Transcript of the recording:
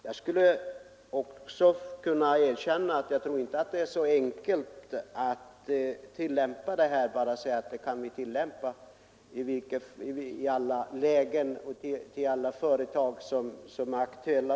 Jag tror inte heller att det är så enkelt att tillämpa det här systemet i alla lägen och i fråga om alla företag som är aktuella.